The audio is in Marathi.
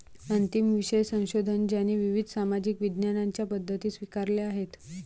अंतिम विषय संशोधन ज्याने विविध सामाजिक विज्ञानांच्या पद्धती स्वीकारल्या आहेत